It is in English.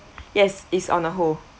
yes is on the whole